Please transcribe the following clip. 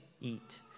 eat